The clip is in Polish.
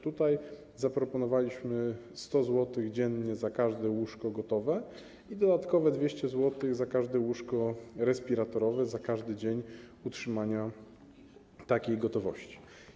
Tutaj zaproponowaliśmy 100 zł dziennie za każde łóżko gotowe i dodatkowo 200 zł za każde łóżko respiratorowe - za każdy dzień utrzymania takiej gotowości.